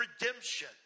redemption